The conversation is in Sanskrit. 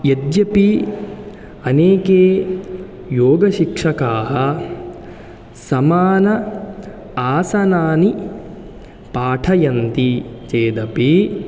यद्यपि अनेके योगशिक्षकाः समान आसनानि पाठयन्ति चेदपि